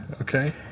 Okay